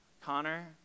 Connor